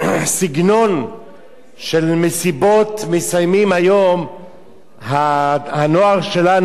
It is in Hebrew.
מסיבות מסיימים הנוער שלנו את החנגות שלהם,